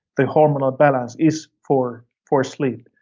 the hormonal balance is for for sleep.